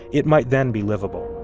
it might then be livable